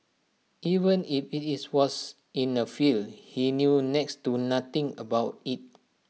even if IT was in A field he knew next to nothing about IT